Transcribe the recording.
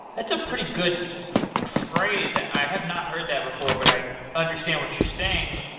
that's a pretty good phrase. i have not heard that before, but i understand what you're saying.